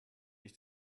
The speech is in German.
ich